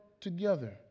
together